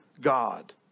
God